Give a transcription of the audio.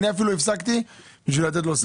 אני אפילו הפסקתי בשביל לתת לו לסיים.